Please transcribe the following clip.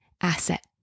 asset